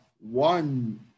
one